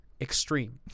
extreme